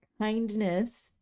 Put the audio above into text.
kindness